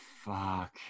fuck